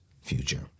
future